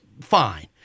fine